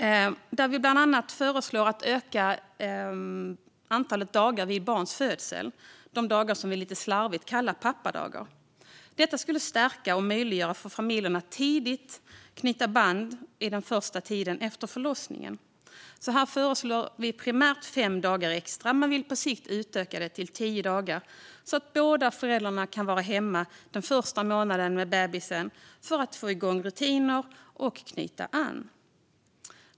Vi föreslår bland annat ett ökat antal dagar vid barns födsel; lite slarvigt kallar vi dessa dagar pappadagar. Detta skulle stärka familjen och möjliggöra för den att knyta band under den första tiden efter förlossningen. Här föreslår vi primärt fem dagar extra. Vi vill dock på sikt utöka det till tio dagar, så att båda föräldrarna kan vara hemma med bebisen den första månaden för att få igång rutiner och knyta an.